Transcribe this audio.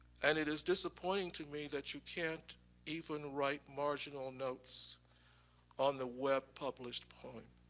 and it is disappointing to me that you can't even write marginal notes on the web-published poem.